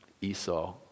Esau